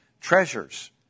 treasures